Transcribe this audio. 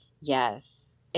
Yes